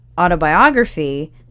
autobiography